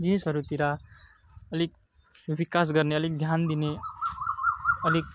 जिनिसहरूतिर अलिक विकास गर्ने अलिक ध्यान दिने अलिक